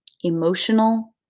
Emotional